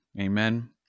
Amen